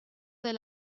del